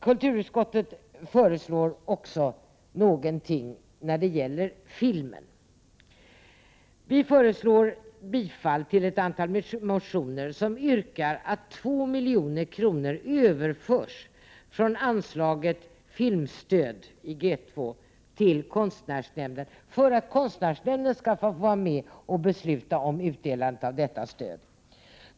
Kulturutskottet föreslår också någonting när det gäller filmen. Vi föreslår nämligen bifall till ett antal motioner som yrkar att 2 milj.kr. överförs från anslaget G2 Filmstöd till konstnärsnämnden, för att nämnden skall få vara med och besluta om utdelandet av detta stöd.